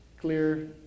clear